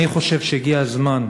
אני חושב שהגיע הזמן,